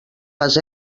les